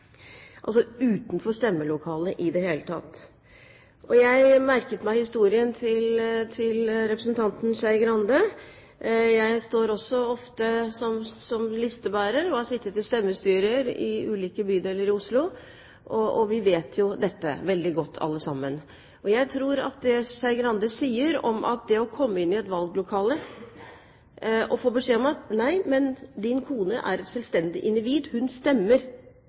altså utenfor stemmelokalet i det hele tatt. Jeg merket meg historien til representanten Skei Grande. Jeg står også ofte som listebærer og har sittet i stemmestyrer i ulike bydeler i Oslo, og vi vet jo dette veldig godt, alle sammen. Jeg tror at det Skei Grande sier om at det å komme inn i et valglokale og få beskjed om at nei, din kone er et selvstendig individ, hun stemmer